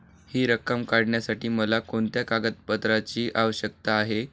हि रक्कम काढण्यासाठी मला कोणत्या कागदपत्रांची आवश्यकता आहे?